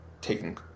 taking